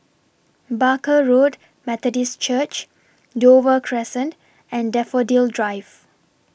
Barker Road Methodist Church Dover Crescent and Daffodil Drive